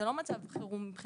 זה לא מצב חירום מבחינתנו,